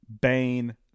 Bane